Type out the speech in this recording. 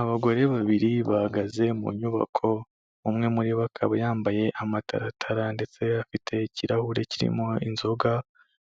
Abagore babiri bahagaze mu nyubako, umwe muri bo akaba yambaye amataratara ndetse afite ikirahure kirimo inzoga,